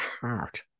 heart